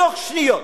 תוך שניות.